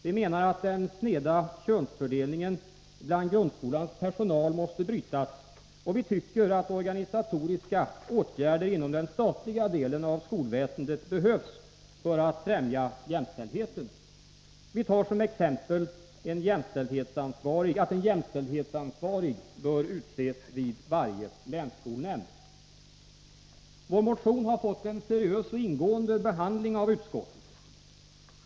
Vi menar att den sneda könsfördelningen bland grundskolans personal måste brytas, och vi tycker att organisatoriska åtgärder inom den statliga delen av skolväsendet behövs för att främja jämställdheten. Vi tar som exempel att en jämställdhetsansvarig bör utses vid varje länsskolnämnd. Vår motion har fått en seriös och ingående behandling av utskottet.